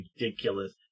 ridiculous